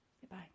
Goodbye